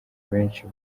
benshi